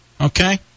Okay